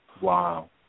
wow